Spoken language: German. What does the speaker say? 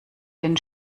den